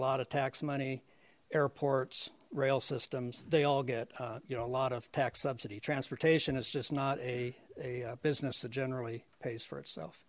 lot of tax money airports rail systems they all get you know a lot of tax subsidy transportation it's just not a business that generally pays for itself